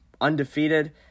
undefeated